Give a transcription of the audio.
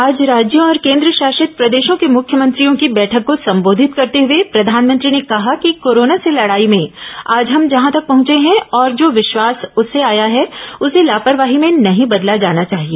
आज राज्यों और केन्द्रशासित प्रदेशों के मुख्यमंत्रियों की बैठक को संबोधित करते हुए प्रधानमंत्री ने कहा कि कोरोना से लड़ाई में आज हम जहां तक पहंचे हैं और जो विश्वास उससे आया है उसे लापरवाही में नहीं बदला जाना चाहिए